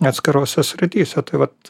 atskirose srityse tai vat